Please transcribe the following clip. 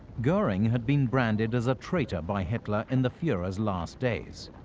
goring had been branded as a traitor by hitler in the fuhrer's last days.